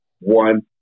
one